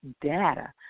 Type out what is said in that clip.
data